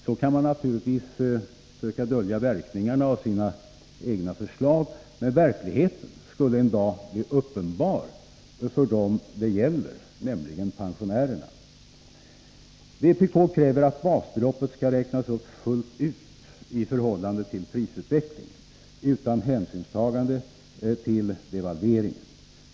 Så kan man naturligtvis försöka dölja verkningarna av sina egna förslag, men verkligheten skulle en dag bli uppenbar för dem det gäller, nämligen pensionärerna. Vpk kräver att basbeloppet skall räknas upp fullt ut i förhållande till prisutvecklingen utan hänsynstagande till devalveringen.